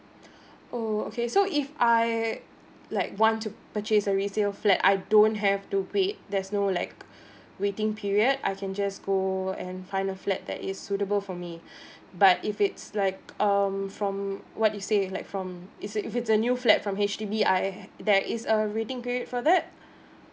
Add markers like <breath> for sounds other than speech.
<breath> oh okay so if I like want to purchase a resale flat I don't have to wait there's no like <breath> waiting period I can just go and find a flat that is suitable for me <breath> but if it's like um from what you say like from it's if it's a new flat from H_D_B I uh there is a waiting period for it